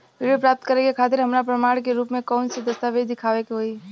ऋण प्राप्त करे के खातिर हमरा प्रमाण के रूप में कउन से दस्तावेज़ दिखावे के होइ?